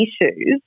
issues